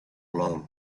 love